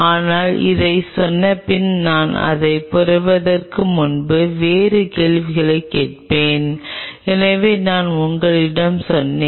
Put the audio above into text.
ஆனால் இதைச் சொன்னபின் நான் இதைப் பெறுவதற்கு முன்பு வேறு கேள்வியைக் கேட்பேன் எனவே நான் உங்களிடம் சொன்னேன்